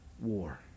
war